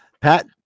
Pat